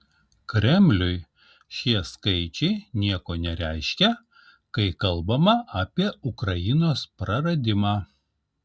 kremliui šie skaičiai nieko nereiškia kai kalbama apie ukrainos praradimą